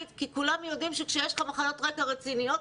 כי כולם יודעים שכשיש לך מחלות רקע רציניות,